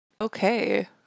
Okay